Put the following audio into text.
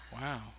Wow